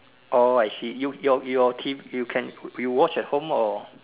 oh I see you your your T_V you watched at home or